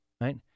Right